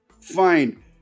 Fine